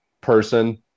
person